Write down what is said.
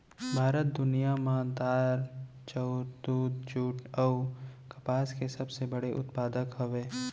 भारत दुनिया मा दार, चाउर, दूध, जुट अऊ कपास के सबसे बड़े उत्पादक हवे